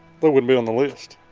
they wouldn't be on the list